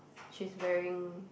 she's wearing